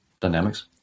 dynamics